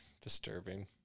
disturbing